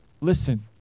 listen